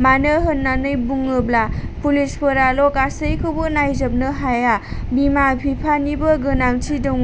मानो होननानै बुङोब्ला पुलिसफोराल' गासैखौबो नायजोबनो हाया बिमा बिफानिबो गोनांथि दङ